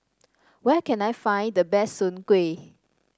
where can I find the best Soon Kuih